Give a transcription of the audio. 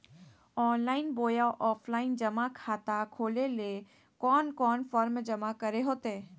Online बोया offline जमा खाता खोले ले कोन कोन फॉर्म जमा करे होते?